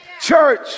Church